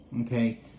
Okay